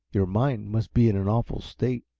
your mind must be in an awful state.